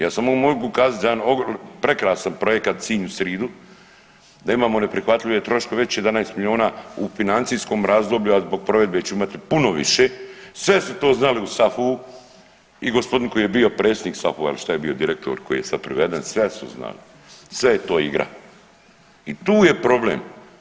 Ja samo mogu kazat za jedan prekrasan projekat Sinj u sridu da imamo neprihvatljive troškove već 11 milijuna u financijskom razdoblju, a zbog provedbe ću imati puno više, sve su to znali u SAFU-u i gospodin koji je bio predsjednik SAFU-a ili šta je bio, direktor koji je sad priveden, sve su znali, sve je to igra i tu je problem.